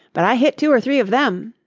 but i hit two or three of them!